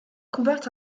comporte